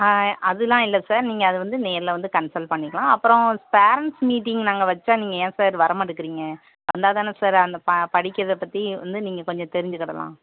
ஆ அதெலாம் இல்லை சார் நீங்கள் அது வந்து நேரில் வந்து கன்சல் பண்ணிக்கலாம் அப்பறம் பேரெண்ட்ஸ் மீட்டிங் நாங்கள் வச்சால் நீங்கள் ஏன் சார் வர மாட்டேக்கிறிங்க வந்தால்தான சார் அந்த ப படிக்கிறதை பற்றி வந்து நீங்கள் கொஞ்சம் தெரிஞ்சுக்கிடலாம்